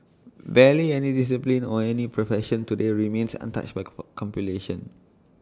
barely any discipline or any profession today remains untouched by computation